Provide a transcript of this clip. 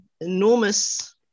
enormous